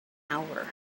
hour